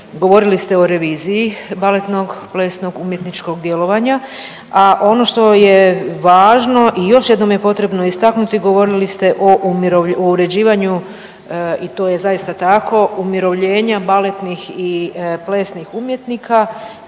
Govorili ste o reviziji baletnog, plesnog i umjetničkog djelovanja, a ono što je važno i još jednom je potrebno istaknuti govorili ste o uređivanju i to je zaista tako umirovljenja baletnih i plesnih umjetnika